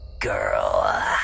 girl